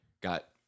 got